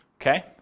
okay